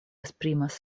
esprimas